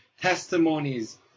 Testimonies